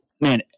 man